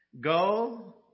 Go